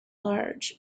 large